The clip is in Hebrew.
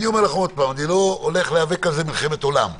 אני אומר לכם עוד פעם: אני לא הולך להיאבק על זה מלחמת עולם,